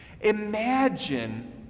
imagine